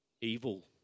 evil